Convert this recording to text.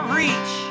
reach